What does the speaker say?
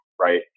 right